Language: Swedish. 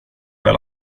väl